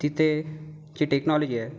तिथे जी टेक्नॉलॉजी आहे